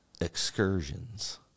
excursions